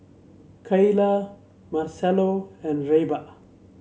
Kaila Marcelo and Reba